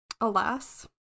alas